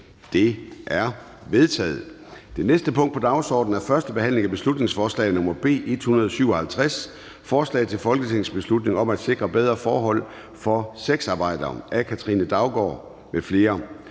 Det er vedtaget. --- Det næste punkt på dagsordenen er: 2) 1. behandling af beslutningsforslag nr. B 157: Forslag til folketingsbeslutning om at sikre bedre forhold for sexarbejdere. Af Katrine Daugaard (LA) m.fl.